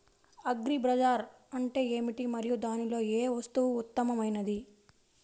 Agri బజార్ అంటే ఏమిటి మరియు దానిలో ఏ వస్తువు ఉత్తమమైనది?